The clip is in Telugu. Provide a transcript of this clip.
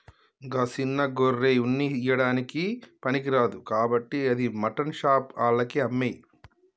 గా సిన్న గొర్రె ఉన్ని ఇయ్యడానికి పనికిరాదు కాబట్టి అది మాటన్ షాప్ ఆళ్లకి అమ్మేయి